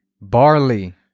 Barley